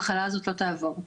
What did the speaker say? המחלה הזו לא תעבור,